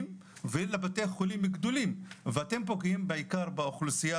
ולבין בתי החולים הציבוריים הגדולים ואתם פוגעים בעיקר באוכלוסייה